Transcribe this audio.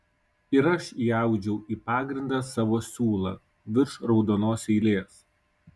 ir aš įaudžiau į pagrindą savo siūlą virš raudonos eilės